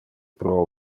pro